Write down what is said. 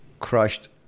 crushed